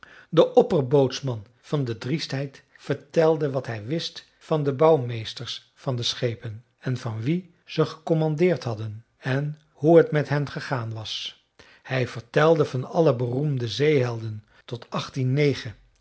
de opperbootsman van de driestheid vertelde wat hij wist van de bouwmeesters van de schepen en van wie ze gecommandeerd hadden en hoe t met hen gegaan was hij vertelde van alle beroemde zeehelden tot